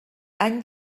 any